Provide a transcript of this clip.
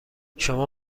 شما